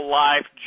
life